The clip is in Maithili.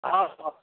हँ हँ